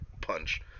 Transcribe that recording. punch